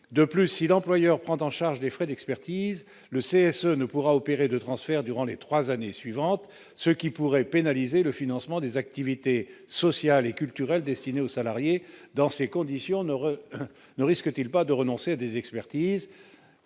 de plus, si l'employeur prend en charge des frais d'expertise, le CSA ne pourra opérer de transfert durant les 3 années suivantes, ce qui pourrait pénaliser le financement des activités sociales et culturelles destinées aux salariés, dans ces conditions, ne risque-t-il pas de renoncer à des expertises,